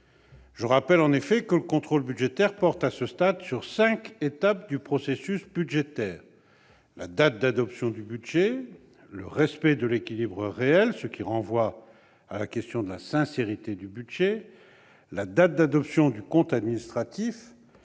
Je rappelle que le contrôle budgétaire porte à ce stade sur cinq étapes du processus budgétaire : la date d'adoption du budget ; le respect de l'équilibre réel, ce qui renvoie à la question de la sincérité du budget ; la date d'adoption du compte administratif